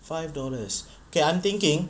five dollars okay I'm thinking